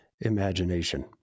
imagination